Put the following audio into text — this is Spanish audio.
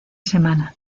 semana